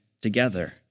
together